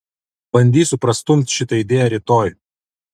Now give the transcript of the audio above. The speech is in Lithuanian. bandysiu prastumt šitą idėją rytoj